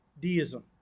deism